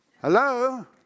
Hello